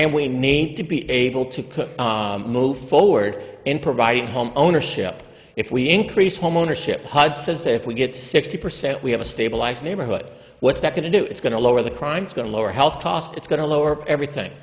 and we need to be able to could move forward in providing home ownership if we increase homeownership hud says if we get to sixty percent we have a stabilized neighborhood what's that going to do it's going to lower the crime going to lower health costs it's going to lower everything